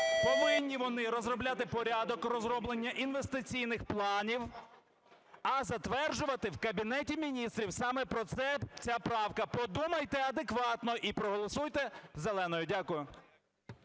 повинні вони розробляти порядок розроблення інвестиційних планів, а затверджувати в Кабінеті Міністрів. Саме про це ця правка. Подумайте адекватно і проголосуйте зеленою. Дякую.